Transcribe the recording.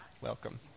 welcome